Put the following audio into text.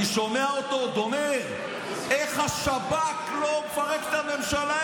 אני שומע אותו עוד אומר: איך השב"כ לא מפרק את הממשלה.